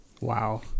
Wow